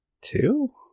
two